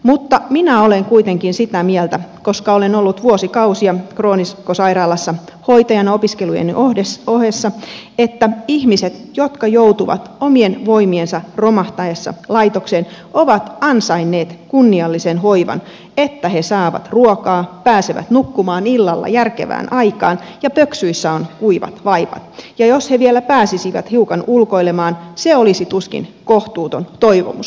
mutta minä olen kuitenkin sitä mieltä koska olen ollut vuosikausia kroonikko sairaalassa hoitajana opiskelujeni ohessa että ihmiset jotka joutuvat omien voimiensa romahtaessa laitokseen ovat ansainneet kunniallisen hoivan sen että he saavat ruokaa pääsevät nukkumaan illalla järkevään aikaan ja pöksyissä on kuivat vaipat ja jos he vielä pääsisivät hiukan ulkoilemaan se olisi tuskin kohtuuton toivomus